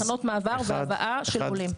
מחנות מעבר והבאה של עולים.